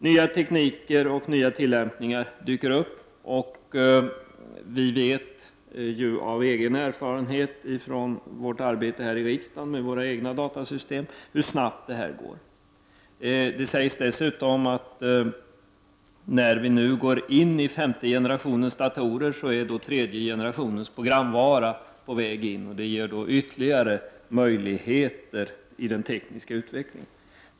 Nya tekniker och nya tillämpningar dyker upp, och vi vet ju av egen erfarenhet från vårt arbete vid våra datasystem här i riksdagen hur snabbt denna utveckling går. Det sägs att tredje generationens programvara är på väg in samtidigt som vi möter femte generationens datorer. Detta leder till ytterligare tekniska utvecklingsmöjligheter.